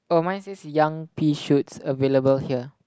oh mine says young pea shoots available here